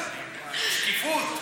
שקיפות.